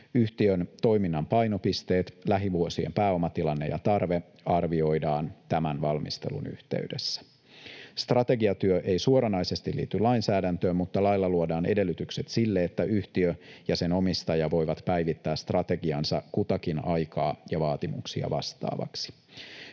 Yhtiön toiminnan painopisteet, lähivuosien pääomatilanne ja tarve arvioidaan tämän valmistelun yhteydessä. Strategiatyö ei suoranaisesti liity lainsäädäntöön, mutta lailla luodaan edellytykset sille, että yhtiö ja sen omistaja voivat päivittää strategiansa kutakin aikaa ja vaatimuksia vastaavaksi.